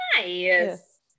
nice